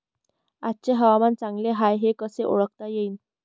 आजचे हवामान चांगले हाये हे कसे ओळखता येईन?